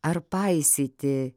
ar paisyti